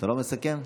לא מסכם.